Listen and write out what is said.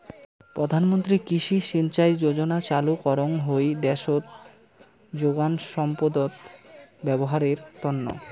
প্রধান মন্ত্রী কৃষি সিঞ্চাই যোজনা চালু করঙ হই দ্যাশোত যোগান সম্পদত ব্যবহারের তন্ন